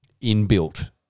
inbuilt